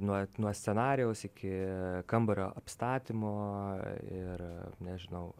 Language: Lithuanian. nuo nuo scenarijaus iki kambario apstatymo ir nežinau